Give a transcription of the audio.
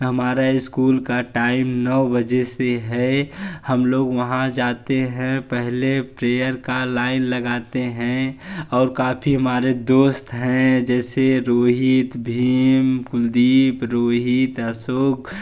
हमारा स्कूल का टाइम नौ बजे से है हम लोग वहाँ जाते हैं पहले प्रेयर का लाइन लगाते हैं और काफ़ी हमारे दोस्त हैं जैसे रोहित भीम कुलदीप रोहित अशोक